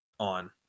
on